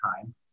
time